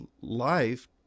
life